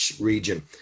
region